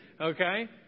okay